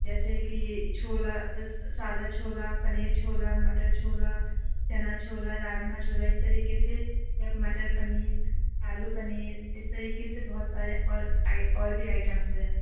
جیسے کہ چھولا سادہ چھولا پنیر چھولا مٹر چھولا چنا چھولا راجما چھولا اس طریقہ سے مٹر پنیر آلو پنیر اس طریقہ سے بہت سارے اور آئے اور بھی آئٹمس ہیں